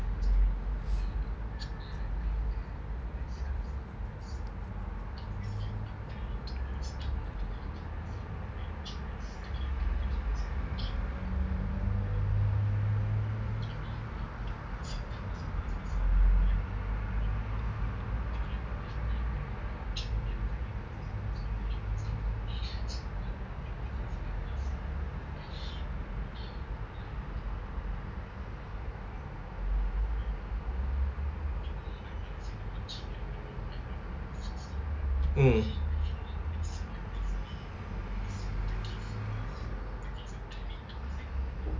mm